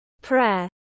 Prayer